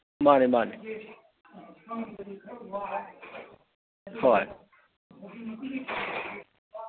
ꯃꯥꯅꯦ ꯃꯥꯅꯦ ꯍꯣꯏ